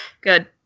good